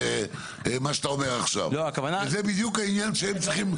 זה בדיוק העניין שהם שצריכים למנוע.